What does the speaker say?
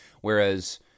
whereas